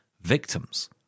victims